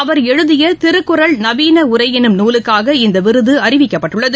அவர் எழுதியதிருக்குறள் நவீனஉரைஎன்னும் நூலுக்காக இந்தவிருதுஅறிவிக்கப்பட்டுள்ளது